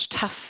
tough